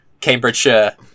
Cambridgeshire